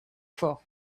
fort